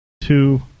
two